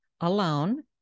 alone